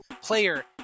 player